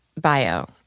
bio